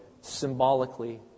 symbolically